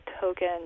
token